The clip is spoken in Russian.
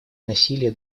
насилия